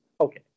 Okay